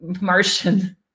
Martian